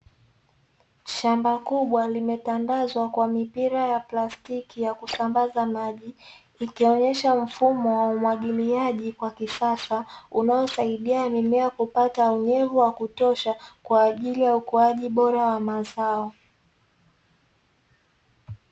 Shamba kubwa limetandazwa na mipira ya plastiki ikioneonesha mfumo wa umwahiliaji maji wa kisaasa unaosaidia mimea kupata unyevu wa kutosha kwa ajili ya ikuaji wa mazao